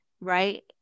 right